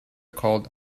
called